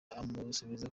amusubiza